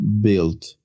built